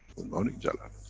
morning jalal.